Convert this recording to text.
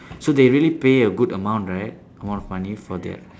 so they really pay a good amount right amount of money for their